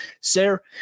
Sir